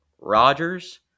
Rodgers